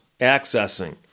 accessing